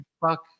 Fuck